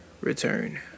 return